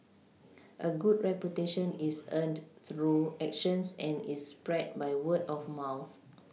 a good reputation is earned through actions and is spread by word of mouth